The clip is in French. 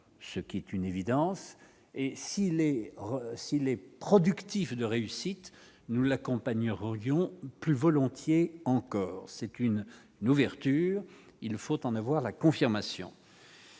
ce qui est une évidence, et s'il est, s'il est productif de réussite, nous la campagne rendions plus volontiers encore, c'est une ouverture, il faut en avoir la confirmation.